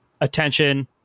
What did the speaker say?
attention